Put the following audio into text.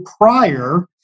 prior